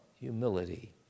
humility